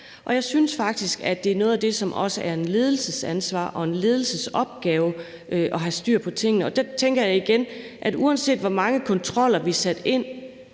Jeg synes faktisk, at det at have styr på tingene også er et ledelsesansvar og en ledelsesopgave. Der tænker jeg igen, at uanset hvor mange kontroller vi satte ind,